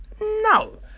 No